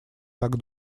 так